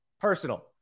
Personal